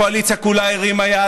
הקואליציה כולה הרימה יד,